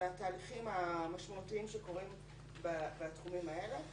לתהליכים המשמעותיים שקורים בתחומים האלה.